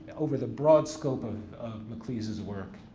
over the broad scope of maclise's work,